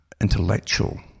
intellectual